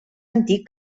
antic